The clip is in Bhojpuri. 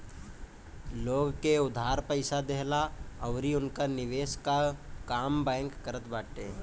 लोग के उधार पईसा देहला अउरी उनकर निवेश कअ काम बैंक करत बाटे